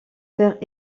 père